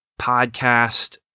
podcast